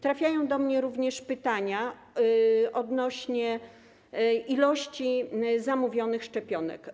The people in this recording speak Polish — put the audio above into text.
Trafiają do mnie również pytania odnośnie do ilości zamówionych szczepionek.